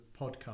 podcast